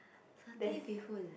satay bee-hoon